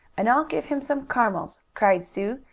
and i'll give him some caramels, cried sue,